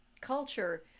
culture